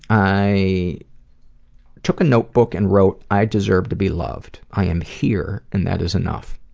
i took a notebook and wrote, i deserve to be loved. i am here and that is enough.